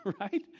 right